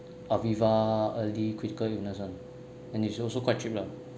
Aviva early critical illness [one] and it's also quite cheap lah